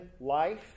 life